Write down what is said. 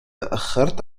تأخرت